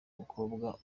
umukobwa